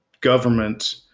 government